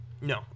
No